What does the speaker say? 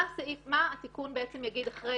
מה התיקון יגיד אם